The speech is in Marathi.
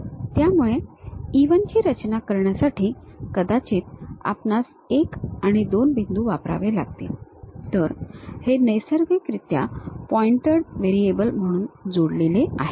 त्यामुळे E 1 ची रचना करण्यासाठी कदाचित आपणास 1 आणि 2 बिंदू वापरावे लागतील तर हे नैसर्गिकरित्या पॉइंटेड व्हेरिएबल म्हणून जोडलेले आहेत